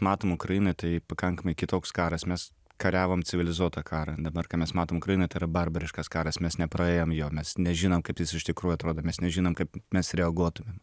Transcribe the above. matom ukrainoj tai pakankamai kitoks karas mes kariavom civilizuotą karą dabar ką mes matom ukrainoj tai yra barbariškas karas mes nepraėjom jo mes nežinom kaip jis iš tikrųjų atrodo mes nežinom kaip mes reaguotumėm